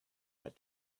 had